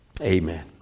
Amen